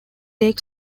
take